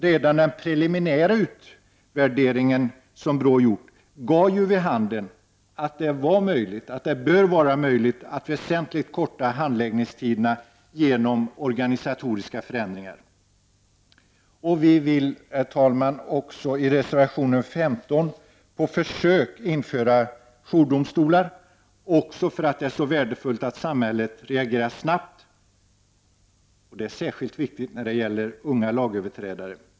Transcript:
Redan den preliminära utvärdering som BRÅ gjort gav ju vid handen att det bör vara möjligt att väsentligt korta handläggningstiderna genom organisatoriska förändringar. I reservation nr 15 vill vi på försök införa jourdomstolar. Skälet är också att det är så värdefullt att samhället reagerar snabbt. Det är särskilt viktigt när det är fråga om unga lagöverträdare.